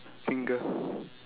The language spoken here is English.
think ah